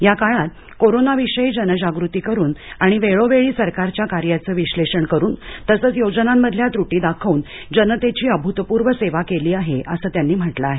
या काळात कोरोनाविषयी जनजागृती करून आणि वेळोवेळी सरकारच्या कार्याचं विश्लेषण करून तसंच योजनांमधल्या तृटी दाखवून जनतेची अभूतपूर्व सेवा केली आहे असं त्यांनी म्हटलं आहे